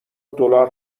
دلار